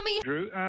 Drew